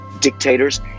dictators